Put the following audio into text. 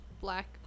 black